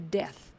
death